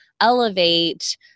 elevate